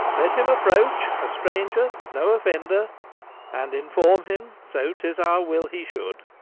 let him approach, a stranger, no offender and inform him so tis our will he should.